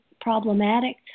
problematic